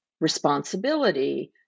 responsibility